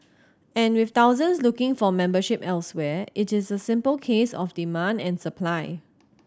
and with thousands looking for membership elsewhere it is a simple case of demand and supply